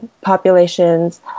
populations